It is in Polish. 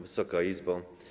Wysoka Izbo!